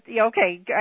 okay